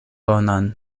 bonan